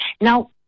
Now